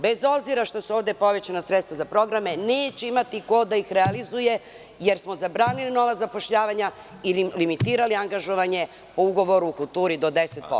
Bez obzira što su ovde povećana sredstva za programe, neće imati ko da ih realizuje, jer smo zabranili nova zapošljavanja i limitirali angažovanje po Ugovoru o kulturi do 10%